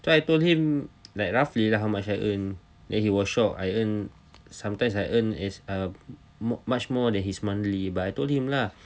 so I told him like roughly lah how much I earn then he was shocked I earn sometimes I earned as uh much more than his monthly but I told him lah